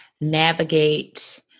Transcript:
navigate